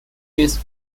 his